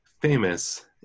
famous